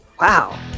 wow